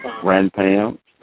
grandparents